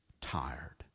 tired